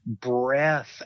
breath